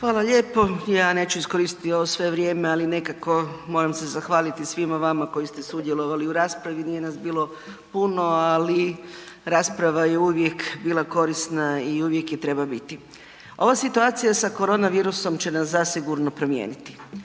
Hvala lijepo. Ja neću iskoristiti ovo sve vrijeme, ali nekako moram se zahvaliti svima vama koji ste sudjelovali u raspravi, nije nas bilo puno, ali rasprava je uvijek bila korisna i uvijek je treba biti. Ova situacija sa korona virusom će nas zasigurno promijeniti.